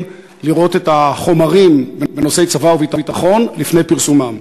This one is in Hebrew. לראות את החומרים בנושא צבא וביטחון לפני פרסומם.